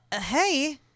hey